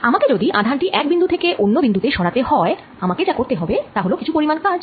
আমাকে যদি আধান টি এক বিন্দু থেকে অন্য বিন্দু তে সরাতে হয় আমাকে যা করতে হবে তা হল কিছু পরিমান কাজ